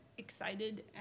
excited